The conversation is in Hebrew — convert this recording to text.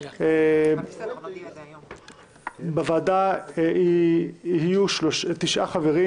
בוועדה יהיו תשעה חברים